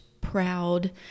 proud